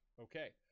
Okay